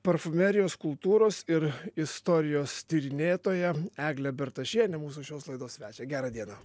parfumerijos kultūros ir istorijos tyrinėtoją eglę bertašienę mūsų šios laidos svečią gerą dieną